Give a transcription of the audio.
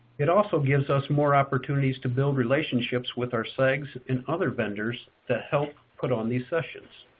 it also gives us more opportunities to build relationships with our segs and other vendors to help put on these sessions.